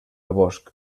bosc